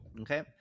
Okay